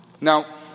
Now